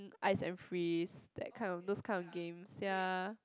ice and freeze that kind of those kind of games ya